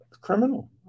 criminal